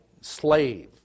slave